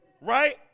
Right